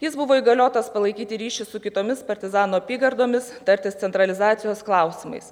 jis buvo įgaliotas palaikyti ryšį su kitomis partizanų apygardomis tartis centralizacijos klausimais